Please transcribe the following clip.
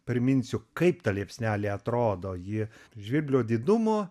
priminsiu kaip ta liepsnelė atrodo ji žvirblio didumo